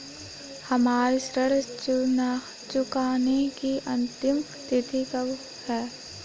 हमारी ऋण चुकाने की अंतिम तिथि कब है?